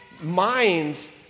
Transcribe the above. minds